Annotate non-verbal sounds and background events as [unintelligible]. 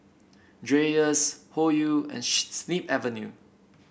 Dreyers Hoyu and [unintelligible] Snip Avenue